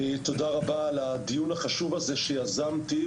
תודה רבה על הדיון החשוב הזה שיזמתי,